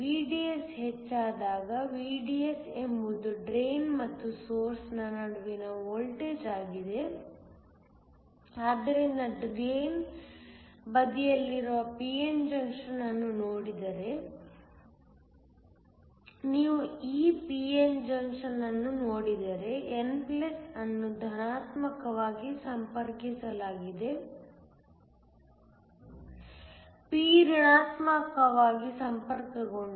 VDS ಹೆಚ್ಚಾದಾಗ VDS ಎಂಬುದು drain ಮತ್ತು ಸೊರ್ಸ್ ನ ನಡುವಿನ ವೋಲ್ಟೇಜ್ ಆಗಿದೆ ಆದ್ದರಿಂದ ನೀವು ಡ್ರೈನ್ ಬದಿಯಲ್ಲಿರುವ pn ಜಂಕ್ಷನ್ ಅನ್ನು ನೋಡಿದರೆ ನೀವು ಈ pn ಜಂಕ್ಷನ್ ಅನ್ನು ನೋಡಿದರೆ n ಅನ್ನು ಧನಾತ್ಮಕವಾಗಿ ಸಂಪರ್ಕಿಸಲಾಗಿದೆ p ಋಣಾತ್ಮಕವಾಗಿ ಸಂಪರ್ಕಗೊಂಡಿದೆ